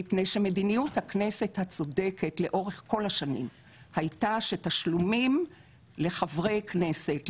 מפני שמדיניות הכנסת הצודקת לאורך כל השנים הייתה שתשלומים לחברי כנסת,